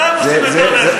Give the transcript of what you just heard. מתי הם עושים יותר נזק?